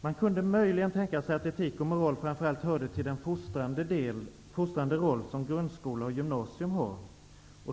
Man kunde möjligen tänka sig att etik och moral framför allt hörde till den fostrande roll som grundskola och gymnasium har.